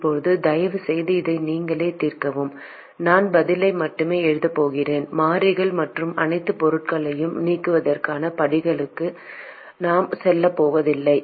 இப்போது தயவுசெய்து இதை நீங்களே தீர்க்கவும் நான் பதிலை மட்டுமே எழுதப் போகிறேன் மாறிகள் மற்றும் அனைத்து பொருட்களையும் நீக்குவதற்கான படிகளுக்கு நான் செல்லப் போவதில்லை